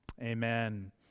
Amen